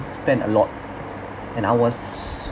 spent a lot and I was